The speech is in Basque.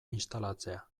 instalatzea